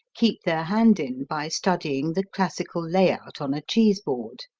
keep their hand in by studying the classical layout on a cheese board.